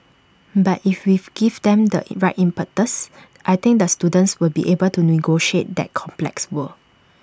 but if we give them the right impetus I think the students will be able to negotiate that complex world